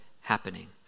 happening